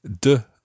de